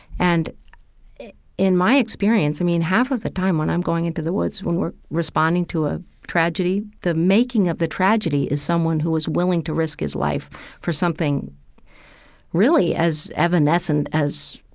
and in my experience, i mean, half of the time when i'm going into the woods when we're responding to a tragedy, the making of the tragedy is someone who was willing to risk his life for something really as evanescent as,